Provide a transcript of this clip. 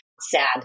sad